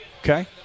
Okay